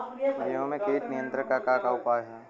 गेहूँ में कीट नियंत्रण क का का उपाय ह?